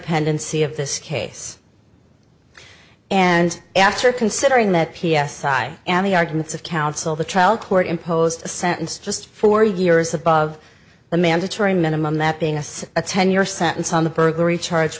pendency of this case and after considering that p s i am the arguments of counsel the trial court imposed sentence just four years above the mandatory minimum that beingness a ten year sentence on the burglary charge